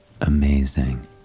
amazing